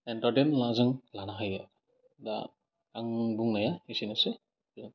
entertain ला जों लानो हायो दा आं बुंनाया एसेनोसै